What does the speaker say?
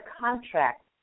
contract